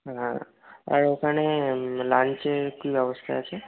হ্যাঁ আর ওখানে লাঞ্চের কী ব্যবস্থা আছে